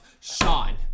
Sean